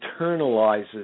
internalizes